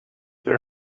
there